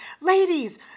Ladies